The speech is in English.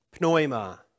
Pneuma